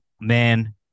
man